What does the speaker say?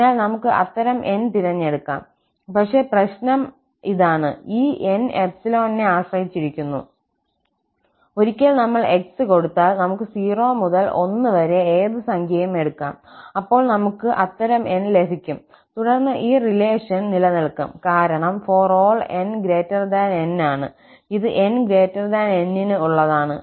അതിനാൽ നമുക്ക് അത്തരം 𝑁 തിരഞ്ഞെടുക്കാം പക്ഷേ പ്രശ്നം ഇതാണ് ഈ 𝑁 𝜖 നെ ആശ്രയിച്ചിരിക്കുന്നു ഒരിക്കൽ നമ്മൾ 𝑥 കൊടുത്താൽ നമുക്ക് 0 മുതൽ 1 വരെ ഏത് സംഖ്യയും എടുക്കാം അപ്പോൾ നമുക്ക് അത്തരം 𝑁 ലഭിക്കും തുടർന്ന് ഈ റിലേഷൻ നിലനിൽക്കും കാരണം ∀𝑛𝑁 ആണ് ഇത് 𝑛N ന് ഉള്ളതാണ്